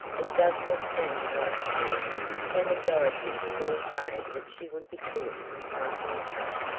it does not seem long to me, stammered dorothy still afraid that she would be caught in some new trap.